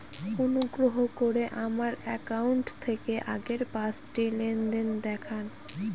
অনুগ্রহ করে আমার অ্যাকাউন্ট থেকে আগের পাঁচটি লেনদেন দেখান